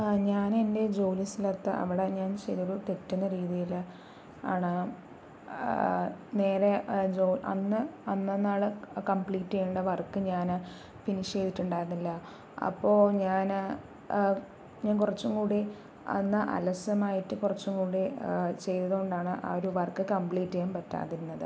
ഞാന് എൻ്റെ ജോലി സ്ഥലത്ത് അവിടെ ഞാന് ചെറിയൊരു തെറ്റുന്ന രീതിയിൽ ആണ് നേരെ അന്ന് അന്നന്നാള് കമ്പ്ലീറ്റ് ചെയ്യേണ്ട വര്ക്ക് ഞാൻ ഫിനിഷ് ചെയ്തിട്ടുണ്ടായിരുന്നില്ല അപ്പോൾ ഞാൻ ഞാന് കുറച്ചുംകൂടി അന്ന് അലസമായിട്ട് കുറച്ചുംകൂടി ചെയ്തതുകൊണ്ടാണ് ആ ഒരു വര്ക്ക് കമ്പ്ലീറ്റ് ചെയ്യാന് പറ്റാതിരുന്നത്